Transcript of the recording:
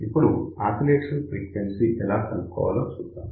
ఇప్పుడు oscillation frequency ఎలా కనుక్కోవాలో చూద్దాం